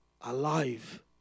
alive